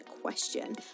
question